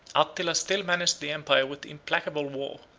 attila still menaced the empire with implacable war,